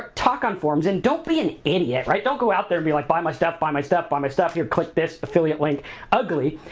talk on forums and don't be an idiot, right? don't go out there and be like, buy my stuff, buy my stuff, buy my stuff. here click this affiliate link ugly.